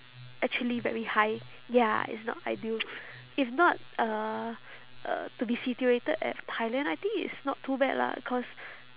actually very high ya it's not ideal if not uh uh to be situated at thailand I think it is not too bad lah cause